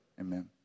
Amen